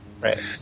Right